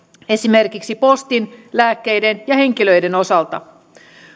esimerkiksi postin lääkkeiden ja henkilöiden osalta